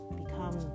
become